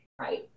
Right